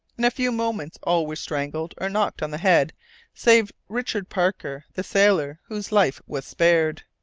in a few moments all were strangled or knocked on the head save richard parker, the sailor, whose life was spared.